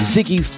Ziggy